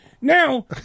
Now